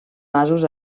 masos